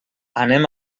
anem